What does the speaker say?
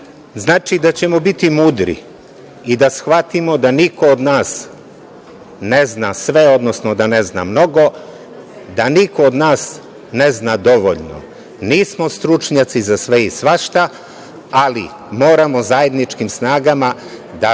Znači da ćemo biti mudri i da shvatimo da niko od nas ne zna sve, odnosno da ne zna mnogo, da niko od nas ne zna dovoljno. Nismo stručnjaci za sve i svašta, ali moramo zajedničkim snagama da